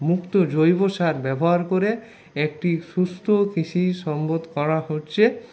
মুক্ত জৈব সার ব্যবহার করে একটি সুস্থ কৃষি সংবোধ করা হচ্ছে